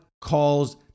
calls